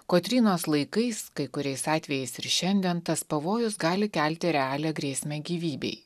kotrynos laikais kai kuriais atvejais ir šiandien tas pavojus gali kelti realią grėsmę gyvybei